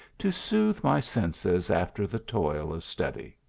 to sooth my senses after the toil of study.